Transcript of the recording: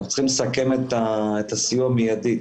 אנחנו צריכים לסכם את הסיוע מיידית.